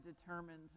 determined